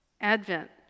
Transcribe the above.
Advent